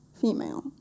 female